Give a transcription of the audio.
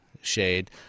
shade